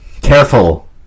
careful